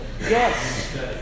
Yes